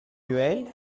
duel